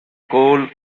cole